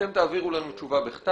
אתם תעבירו לנו תשובה בכתב,